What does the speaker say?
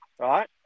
Right